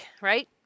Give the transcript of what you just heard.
right